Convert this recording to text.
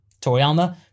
Toriyama